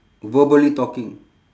verbally talking